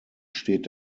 steht